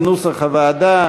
כנוסח הוועדה.